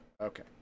Okay